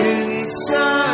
inside